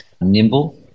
nimble